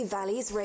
Valleys